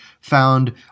found